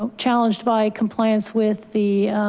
ah challenged by compliance with the